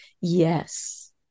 yes